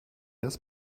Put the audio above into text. das